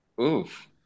Oof